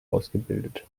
ausgebildet